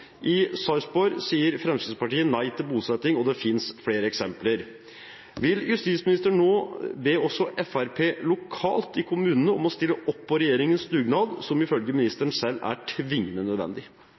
I Sarpsborg sier Fremskrittspartiet nei til bosetting, og det finnes flere eksempler. Vil justisministeren nå be også Fremskrittspartiet lokalt i kommunene om å stille opp på regjeringens dugnad, som ifølge ministeren selv er tvingende nødvendig?